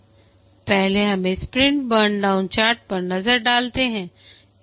पहले हमें sprint burn down chart पर नज़र डालते हैं